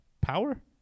power